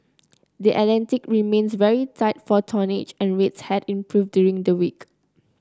the Atlantic remains very tight for tonnage and rates have improved during the week